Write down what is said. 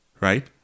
right